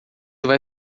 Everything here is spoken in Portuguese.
vai